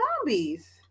zombies